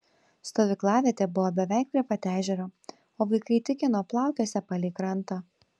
stovyklavietė buvo beveik prie pat ežero o vaikai tikino plaukiosią palei krantą